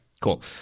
cool